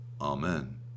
Amen